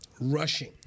Rushing